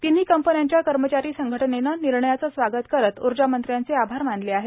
तिन्ही कंपन्यांच्या कर्मचारी संघटनेनं निर्णयाचं स्वागत करत ऊर्जामंत्र्यांचे आभार मानले आहेत